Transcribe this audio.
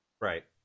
Right